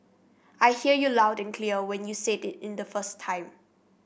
I hear you loud and clear when you said it in the first time